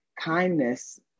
Kindness